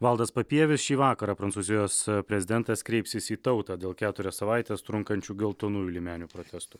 valdas papievis šį vakarą prancūzijos prezidentas kreipsis į tautą dėl keturias savaites trunkančių geltonųjų liemenių protestų